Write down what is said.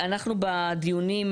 אנחנו בדיונים,